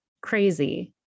crazy